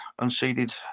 unseeded